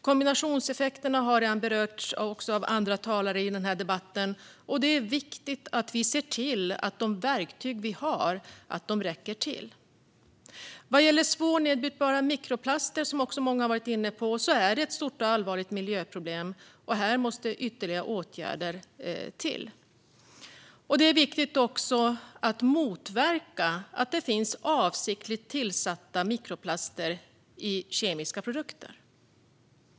Kombinationseffekterna har berörts även av andra talare i den här debatten, och det är viktigt att vi ser till att de verktyg vi har räcker till. Vad gäller svårnedbrytbara mikroplatser, som också många har varit inne på, är det ett stort och allvarligt miljöproblem. Här måste ytterligare åtgärder till. Det är även viktigt att motverka avsiktligt tillsatta mikroplaster i kemiska produkter.